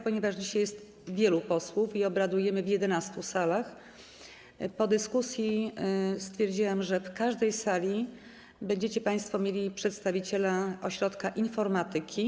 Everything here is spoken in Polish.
Ponieważ dzisiaj jest wielu posłów i obradujemy w 11 salach, po dyskusji stwierdziłam, że w każdej sali będziecie państwo mieli przedstawiciela Ośrodka Informatyki.